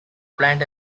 plant